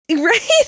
Right